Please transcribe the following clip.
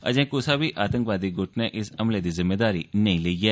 अजें कुसा बी आतंकवादी गुट नै इस हमले दी जिम्मेदारी नेई लैती ऐ